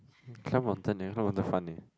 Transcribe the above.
climb mountain eh no wonder fun eh